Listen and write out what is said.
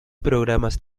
programas